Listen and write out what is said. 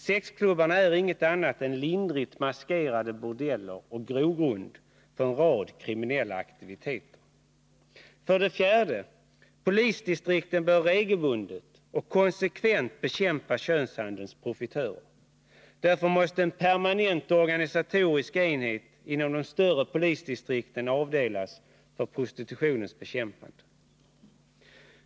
Sexklubbarna är inget annat än lindrigt maskerade bordeller och grogrund för en rad kriminella aktiviteter. 4. Polisdistrikten bör regelbundet och konsekvent bekämpa könshandelns profitörer. Därför måste en permanent organisatorisk enhet inom de större polisdistrikten avdelas för prostitutionens bekämpande.